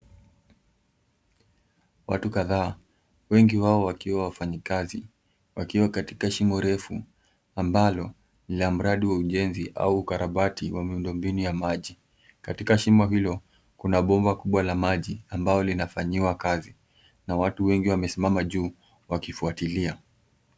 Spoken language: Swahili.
Watu kadhaa, wengi wao wakiwa wafanyikazi wakiwa katika shimo refu, ambalo ni la mradi wa ujenzi au ukarabati wa miundo mbinu ya maji. Katika shimo hilo kuna bomba kubwa la maji ambalo linafanyiwa kazi na watu wengi wamesimama juu wakifuatilia.